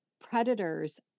predators